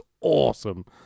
awesome